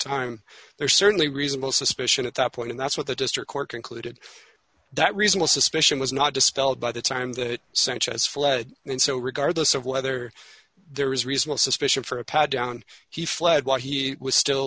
time there certainly reasonable suspicion at that point and that's what the district court concluded that reasonable suspicion was not dispelled by the time that sanchez fled and so regardless of whether there is reasonable suspicion for a pat down he fled while he was still